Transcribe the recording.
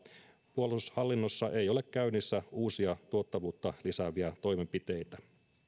puolustushallinnossa ole käynnissä uusia tuottavuutta lisääviä toimenpiteitä